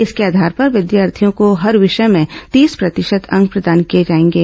इसके आधार पर विद्यार्थियों को हर विषय में तीस प्रतिशत अंक प्रदान किए जाएंगे